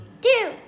two